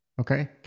Okay